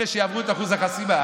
אלה שיעברו את אחוז החסימה,